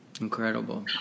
Incredible